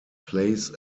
plays